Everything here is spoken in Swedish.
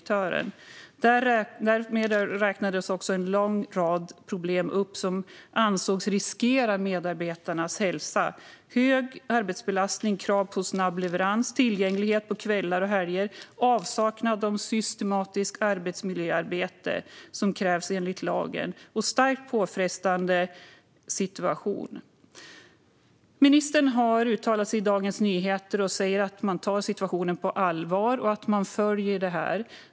Därvid räknades en lång rad problem upp som ansågs riskera medarbetarnas hälsa: hög arbetsbelastning, krav på snabb leverans, tillgänglighet på kvällar och helger, avsaknad av systematiskt arbetsmiljöarbete, vilket krävs enligt lagen, samt en starkt påfrestande situation. Ministern har i Dagens Nyheter uttalat att man tar situationen på allvar och att man följer det här.